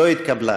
לא התקבלה.